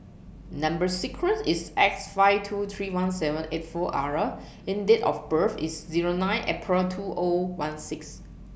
Number sequence IS S five two three one seven eight four R and Date of birth IS Zero nine April two O one six